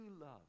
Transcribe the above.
love